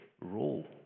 role